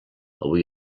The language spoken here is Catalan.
avui